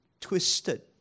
twisted